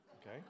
okay